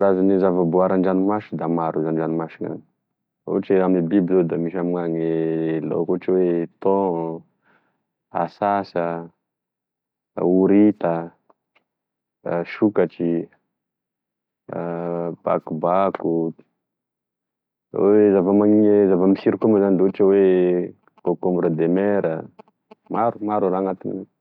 Karazagne zavaboary andranomasy da maro izy andranomasy ao ohatry oe amigne biby zao da amigne laoky ohatry oe thon, ansansa, horita, da sokatry, bakobako, oe zavamani- zavamis- koa zao da ohatry oe concombre de mer, maro e maro agnatin'io ao.